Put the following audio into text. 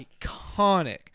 iconic –